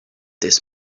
this